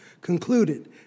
concluded